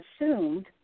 assumed